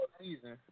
season